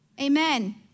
Amen